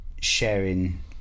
sharing